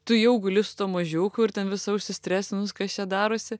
tu jau guli su tuo mažiuku ir ten visa užsistresinus kas čia darosi